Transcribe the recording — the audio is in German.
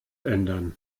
ändern